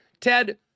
Ted